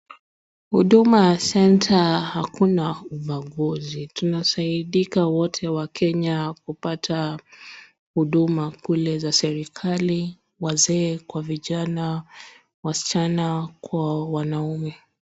Huduma centre akuna ubaguzi tunasaidika wote wakenya kupata huduma kula za serikali ,wazee kwa vijana, wasichana kwa wanaume.